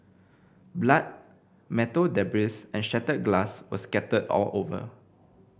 blood metal debris and shattered glass were scattered all over